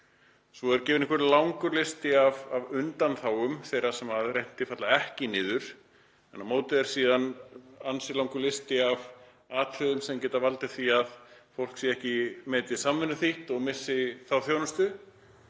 Svo kemur einhver langur listi af undanþágum þar sem réttindi falla ekki niður en á móti er síðan ansi langur listi af atriðum sem geta valdið því að fólk sé ekki metið samvinnuþýtt og missi þá þjónustu.